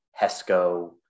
HESCO